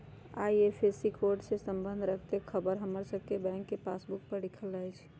IFSC code से संबंध रखैत ख़बर हमर सभके बैंक के पासबुक पर लिखल रहै छइ